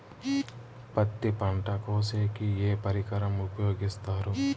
పత్తి పంట కోసేకి ఏ పరికరం ఉపయోగిస్తారు?